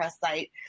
site